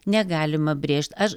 negalima brėžt aš